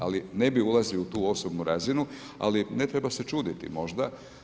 Ali ne bih ulazio u tu osobnu razinu, ali ne treba se čuditi možda.